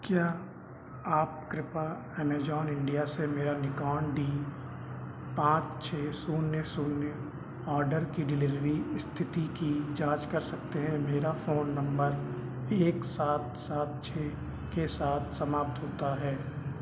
क्या आप कृपा अमेजॉन इंडिया से मेरा निकॉन डी पाँच छः शून्य शून्य ऑडर की डिलिवरी स्थिति की जाँच कर सकते हैं मेरा फ़ोन नंबर एक सात सात छः के साथ समाप्त होता है